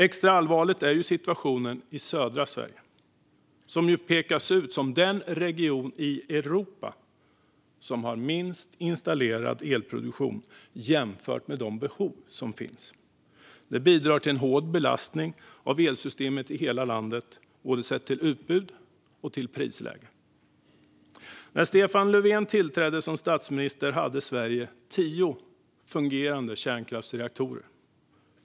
Extra allvarlig är situationen i södra Sverige, som pekas ut som den region i Europa som har minst installerad elproduktion jämfört med de behov som finns. Detta bidrar till hård belastning av elsystemet i hela landet, sett till både utbud och prisläge. När Stefan Löfven tillträdde som statsminister hade Sverige tio fungerande kärnkraftsreaktorer.